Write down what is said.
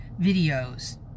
videos